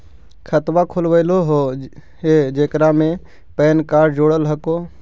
खातवा खोलवैलहो हे जेकरा मे पैन कार्ड जोड़ल हको?